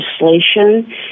legislation